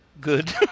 good